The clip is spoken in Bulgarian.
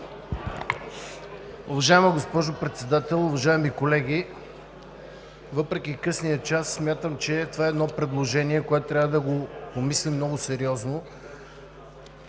Уважаема госпожо Председател, уважаеми колеги! Въпреки късния час смятам, че това е едно предложение, което трябва да обмислим много сериозно.